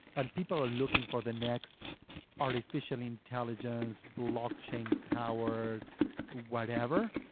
and people are looking for the next artificial intelligence, blockchain-powered whatever.